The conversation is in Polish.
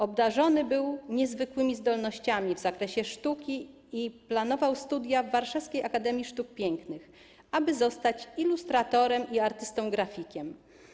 Obdarzony był niezwykłymi zdolnościami w zakresie sztuki i planował studia w warszawskiej Akademii Sztuk Pięknych, aby zostać ilustratorem i artystą grafikiem.